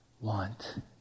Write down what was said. want